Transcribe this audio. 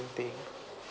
thing